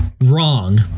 wrong